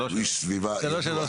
שלוש שאלות.